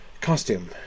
costume